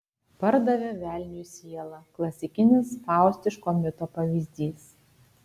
pardavė velniui sielą klasikinis faustiško mito pavyzdys